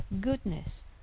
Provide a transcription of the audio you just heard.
goodness